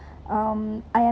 um I am